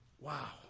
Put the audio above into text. Wow